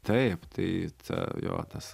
taip tai ta jo tas